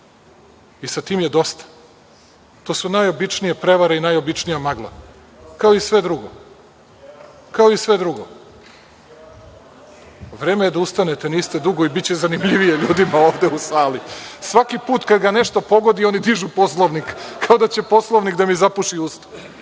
I sa tim je dosta. To su najobičnije prevare i najobičnija magla, kao i sve drugo. Vreme je da ustanete, niste dugo i biće zanimljivije ljudima ovde u sali. Svaki put kad ga nešto pogodi, oni dižu Poslovnik, kao da će Poslovnik da mi zapuši usta.